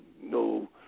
no